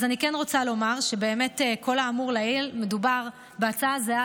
אני רוצה לומר שכל האמור לעיל הוא הצעה זהה